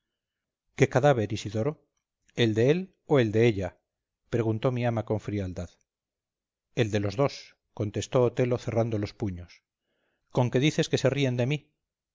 qué cadáver isidoro el de él o el de ella preguntó mi ama con frialdad el de los dos contestó otelo cerrando los puños con que dices que se ríen de mí